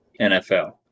nfl